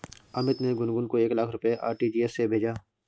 अमित ने गुनगुन को एक लाख रुपए आर.टी.जी.एस से भेजा